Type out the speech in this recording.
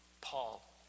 Paul